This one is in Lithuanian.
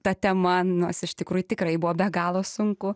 ta tema nors iš tikrųjų tikrai buvo be galo sunku